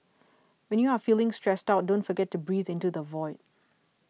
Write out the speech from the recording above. when you are feeling stressed out don't forget to breathe into the void